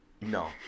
no